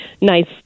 nice